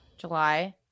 July